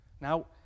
now